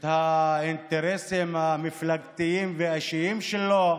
את האינטרסים המפלגתיים והאישיים שלו.